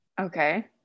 Okay